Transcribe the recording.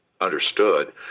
understood